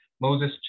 Moses